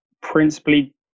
principally